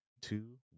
Two